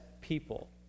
people